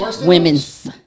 Women's